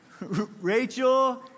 Rachel